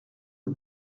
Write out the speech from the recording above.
aux